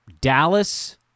Dallas